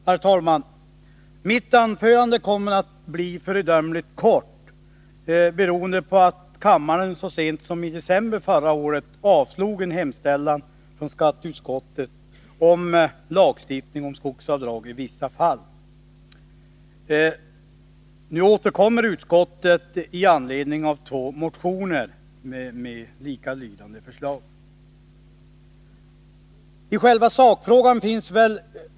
Herr talman! Mitt anförande kommer att bli föredömligt kort, beroende på att kammaren så sent som i december förra året avslog en hemställan från skatteutskottet som gällde lagstiftning om skogsavdrag i vissa fall. Utskottet återkommer nu med likalydande förslag med anledning av två motioner.